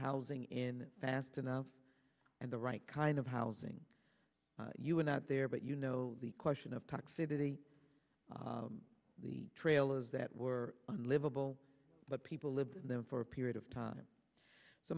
housing in fast enough and the right kind of housing you were not there but you know the question of talk fitty the trailers that were unlivable but people lived in them for a period of time so